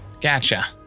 Gotcha